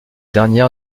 dernière